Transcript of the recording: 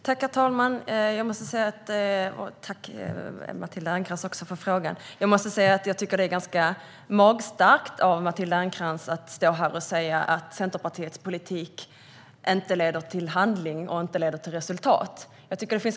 Herr talman! Tack, Matilda Ernkrans, för frågan! Det är ganska magstarkt av Matilda Ernkrans att stå här och säga att Centerpartiets politik inte leder till handling och resultat.